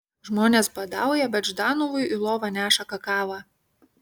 žmonės badauja bet ždanovui į lovą neša kakavą